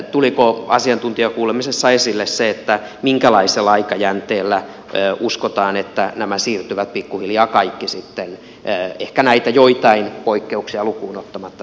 tuliko asiantuntijakuulemisessa esille se minkälaisella aikajänteellä uskotaan että nämä siirtyvät pikkuhiljaa kaikki sitten ehkä näitä joitain poikkeuksia lukuun ottamatta sähköiseen versioon